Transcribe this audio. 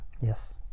Yes